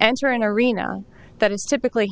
answer an arena that is typically